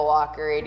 Walker